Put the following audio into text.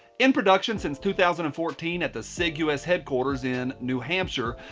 in productions since two thousand and fourteen at the sig us headquarters in new hampshire,